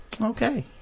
Okay